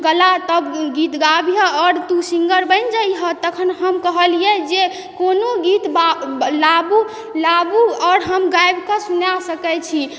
गला तब गीत गाबिह आओर तू सिंगर बनि जै हऽ तखन हम कहलियै कोनो गीत लाबु लाबु आओर हम गाबि कऽ सुना सकय छी